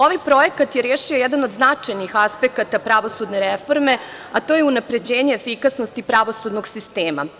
Ovaj projekat je rešio jedan od značajnih aspekata pravosudne reforme, a to je unapređenje efikasnosti pravosudnog sistema.